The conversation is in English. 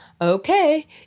Okay